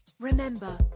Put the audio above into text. Remember